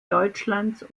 deutschlands